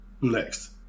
next